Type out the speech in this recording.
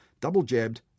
double-jabbed